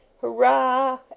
Hurrah